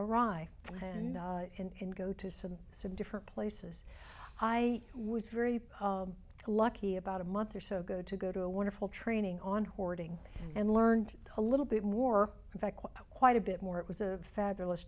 awry and go to some some different places i was very lucky about a month or so ago to go to a wonderful training on hoarding and learned a little bit more in fact quite a bit more it was a fabulous